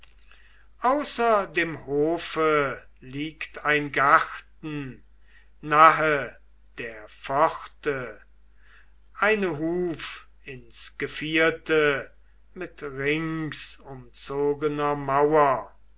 außer dem hofe liegt ein garten nahe der pforte eine huf ins gevierte mit ringsumzogener mauer